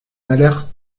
allèrent